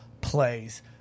plays